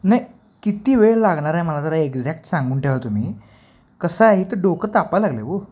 नाही किती वेळ लागणार आहे मला जरा एक्झॅक्ट सांगून ठेवा तुम्ही कसं आहे तर डोकं तापा लागलं आहे हो